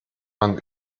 man